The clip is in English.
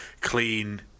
clean